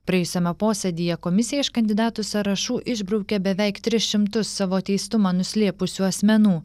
praėjusiame posėdyje komisija iš kandidatų sąrašų išbraukė beveik tris šimtus savo teistumą nuslėpusių asmenų